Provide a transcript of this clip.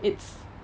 it's